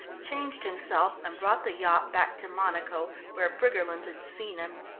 changed himself and brought the yacht back to monaco, where briggerland had seen him.